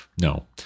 No